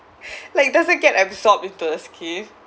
like it doesn't get absorbed into the skin